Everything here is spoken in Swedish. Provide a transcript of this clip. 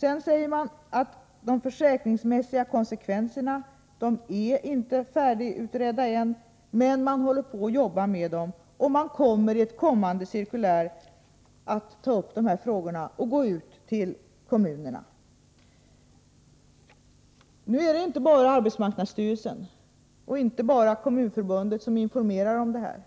Vidare sägs det att man ännu inte är färdig med utredningen av de försäkringsmässiga konsekvenserna. Man jobbar med den frågan. I ett cirkulär senare kommer man att ta upp dessa frågor och informera kommunerna. Det är inte bara arbetsmarknadsstyrelsen och Kommunförbundet som informerar om detta.